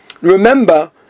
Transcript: Remember